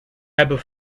hebben